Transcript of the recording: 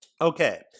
Okay